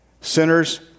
Sinners